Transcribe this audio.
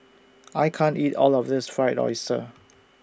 I can't eat All of This Fried Oyster